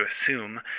assume